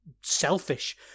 selfish